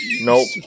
Nope